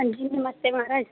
हांजी नमस्ते माराज